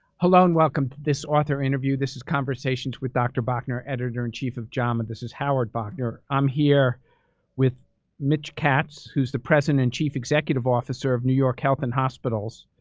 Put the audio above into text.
hello, and welcome to this author interview. this is conversations with dr. bauchner, editor in chief of jama. this is howard bauchner. i'm here with mitch katz, who's the president and chief executive officer of new york health and hospitals,